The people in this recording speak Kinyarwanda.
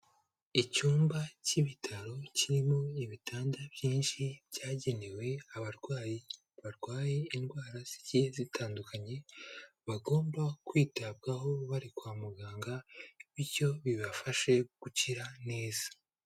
Icyumba cy'ibitaro kirimo ibitanda byinshi byagenewe abarwayi, barwaye indwara zigiye zitandukanye, bagomba kwitabwaho bari kwa muganga bityo bibafashe gukira neza.